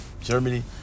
Germany